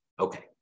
Okay